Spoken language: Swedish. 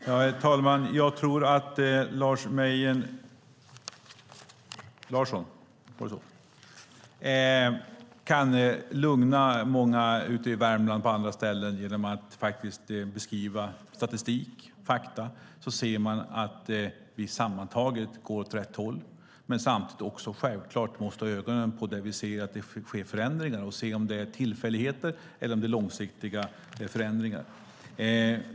Herr talman! Jag tror att Lars Mejern Larsson kan lugna många i Värmland och på andra ställen genom att redogöra för statistik och fakta. Då ser man att det sammantaget går åt rätt håll. Samtidigt måste vi självklart ha ögonen på där det sker förändringar och se om det är tillfälligheter eller om det är långsiktiga förändringar.